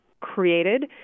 created